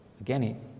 again